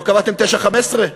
לא קבעתם 9%, 15%?